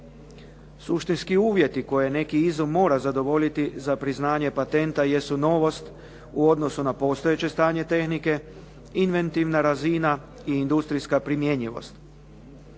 Suštinski uvjeti koje neki izum mora zadovoljiti za priznanje patenta jesu novost u odnosu na postojeće stanje tehnike, inventivna razina i industrijska primjenjivost.